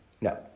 No